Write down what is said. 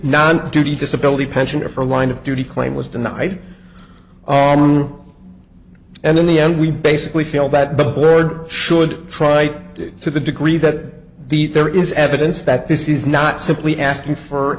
non duty disability pension or for line of duty claim was denied and in the end we basically feel that the bird should try to do to the degree that the there is evidence that this is not simply asking for